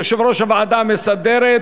יושב-ראש הוועדה המסדרת